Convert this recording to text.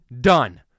done